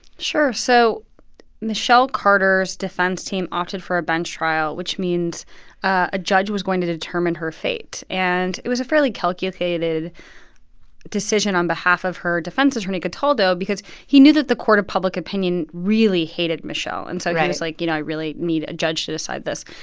sure. so michelle carter's defense team opted for a bench trial, which means a judge was going to determine her fate. and it was a fairly calculated decision on behalf of her defense attorney cataldo because he knew that the court of public opinion really hated michelle right and so he was like, you know, i really need a judge to decide this.